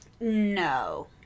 No